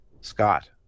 scott